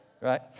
Right